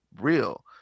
real